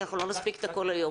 כי אנחנו לא נספיק את הכול היום.